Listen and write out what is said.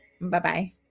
Bye-bye